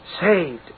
Saved